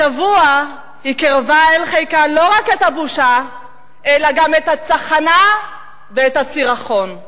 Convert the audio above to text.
השבוע היא קירבה אל חיקה לא רק את הבושה אלא גם את הצחנה ואת הסירחון.